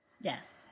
Yes